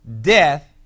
death